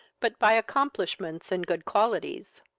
but by accomplishments and good qualities.